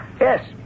Yes